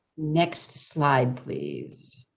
next slide please.